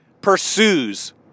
pursues